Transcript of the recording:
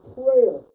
prayer